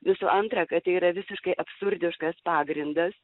visų antra kad tai yra visiškai absurdiškas pagrindas